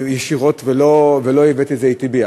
ישירות, ולא הבאתי את זה אתי.